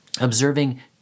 observing